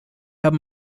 haben